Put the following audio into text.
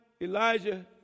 Elijah